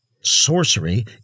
Sorcery